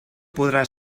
podrà